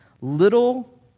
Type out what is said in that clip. little